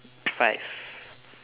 five